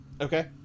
Okay